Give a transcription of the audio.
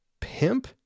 pimp